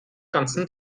ganzen